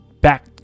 back